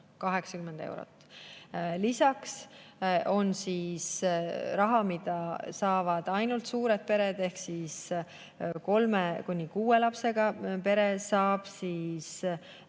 lapse kohta. Lisaks on raha, mida saavad ainult suured pered, ehk kolme kuni kuue lapsega pere saab veel